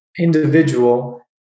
individual